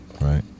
Right